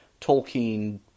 Tolkien